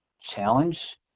challenge